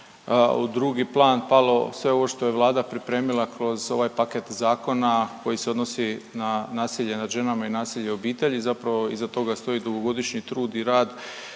u drugi plan palo sve ovo što je Vlada pripremila kroz ovaj paket zakona koji se odnosi nad nasilje nad ženama i nasilje u obitelji. Zapravo iza toga stoji dugogodišnji trud i rad